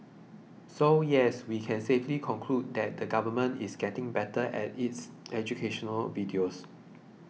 so yes we can safely conclude that the government is getting better at its educational videos